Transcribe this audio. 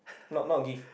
not not give